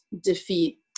defeat